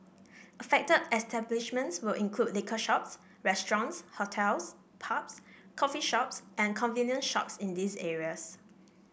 affected establishments will include liquor shops restaurants hotels pubs coffee shops and convenience shops in these areas